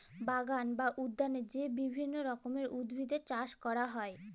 বাগাল বা উদ্যালে যে বিভিল্য রকমের উদ্ভিদের চাস ক্যরা হ্যয়